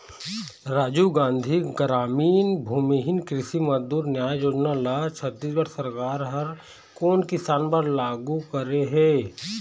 राजीव गांधी गरामीन भूमिहीन कृषि मजदूर न्याय योजना ल छत्तीसगढ़ सरकार ह कोन किसान बर लागू करे हे?